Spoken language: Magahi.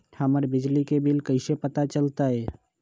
हमर बिजली के बिल कैसे पता चलतै?